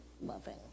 loving